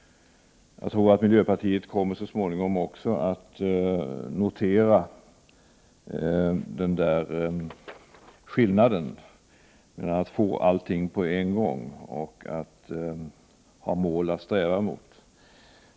Jag tror att miljöpartiet så småningom också kommer att notera skillnaden mellan att få allting på en gång och att ha mål att sträva mot.